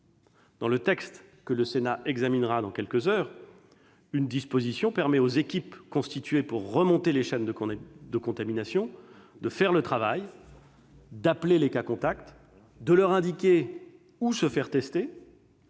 Dans le texte que le Sénat examinera dans quelques heures, une disposition permet aux équipes constituées pour remonter les chaînes de contamination de faire le travail, d'appeler les cas contacts, de leur indiquer les lieux où se faire tester